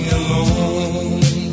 alone